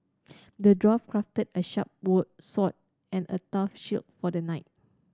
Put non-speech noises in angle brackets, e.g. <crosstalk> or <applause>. the dwarf crafted a sharp <unintelligible> sword and a tough shield for the knight